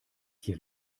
hier